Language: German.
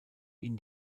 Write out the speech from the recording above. ihn